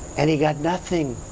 and he got nothing!